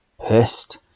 pissed